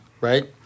right